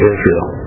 Israel